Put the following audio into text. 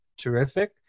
terrific